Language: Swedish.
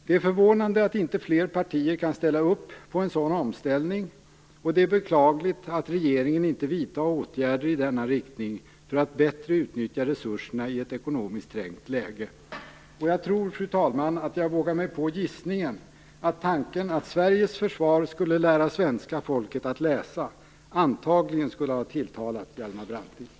Det är förvånande att inte fler partier kan ställa upp på en sådan omställning, och det är beklagligt att regeringen inte vidtar åtgärder i denna riktning för att bättre utnyttja resurserna i ett ekonomiskt trängt läge. Jag tror, fru talman, att jag vågar mig på gissningen att tanken att Sveriges försvar skulle lära svenska folket att läsa antagligen skulle ha tilltalat Hjalmar Branting.